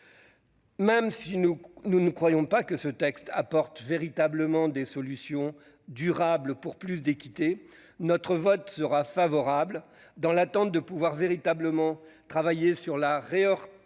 Même si nous ne croyons pas que ce texte apporte véritablement des solutions durables pour plus d'équité, notre vote sera favorable, en attendant de pouvoir véritablement travailler sur la réorientation